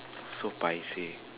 so paiseh